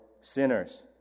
sinners